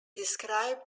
described